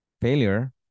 failure